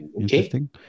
Interesting